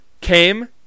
came